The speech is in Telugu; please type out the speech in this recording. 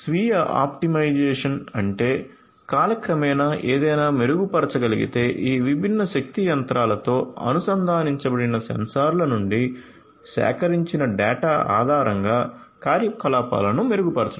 స్వీయ ఆప్టిమైజ్ అంటే కాలక్రమేణా ఏదైనా మెరుగుపరచగలిగితే ఈ విభిన్న శక్తి యంత్రాలతో అనుసంధానించబడిన సెన్సార్ల నుండి సేకరించిన డేటా ఆధారంగా కార్యకలాపాలను మెరుగుపరచడం